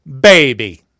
baby